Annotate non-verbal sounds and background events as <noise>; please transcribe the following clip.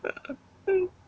<laughs>